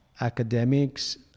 academics